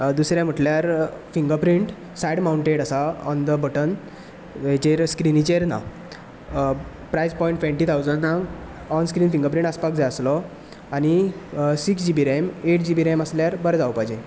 दुसरें म्हटल्यार fingerprint side mounted आसा ऑन द बटन स्क्रिनीचेर ना प्रायस पॉंयंट ट्वेंटी टाउसंडाक ऑन स्क्रीन फिंगर प्रिंट आसपाक जाय आसलो आनी six G B RAM eight G B RAM आसल्यार बरें जावपाचें